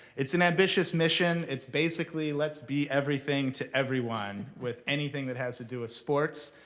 it's an ambitious mission. it's basically, let's be everything to everyone, with anything that has to do with sports.